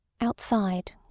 Outside